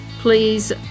please